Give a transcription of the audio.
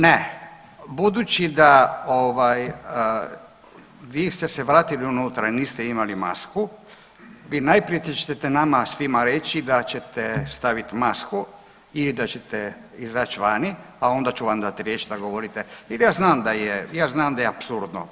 Ne, budući da ovaj vi ste se vratili unutra i niste imali masku vi najprije ćete nama svima reći da ćete staviti masku i da ćete izaći vani pa onda ću vam dat riječ da govorite jer ja znam da je, ja znam da je apsurdno.